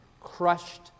crushed